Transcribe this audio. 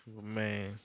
Man